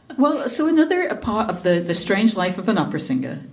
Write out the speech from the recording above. well. so another part of the the strange life of an opera singer.